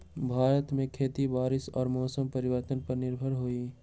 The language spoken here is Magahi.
भारत में खेती बारिश और मौसम परिवर्तन पर निर्भर हई